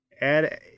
Add